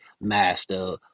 master